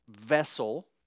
vessel